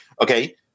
Okay